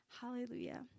Hallelujah